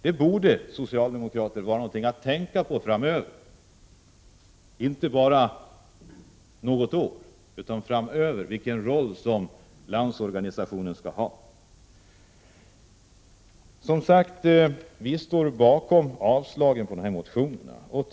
Det borde vara något för socialdemokratin att tänka på framöver, och då menar jag inte bara den roll som LO skall ha under det närmaste året. Vi i vpk stöder yrkandet om avslag på motionen i fråga.